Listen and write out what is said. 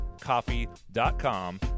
coffee.com